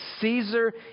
Caesar